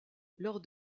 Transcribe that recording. lors